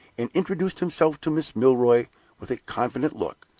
and introduced himself to miss milroy with a confident look,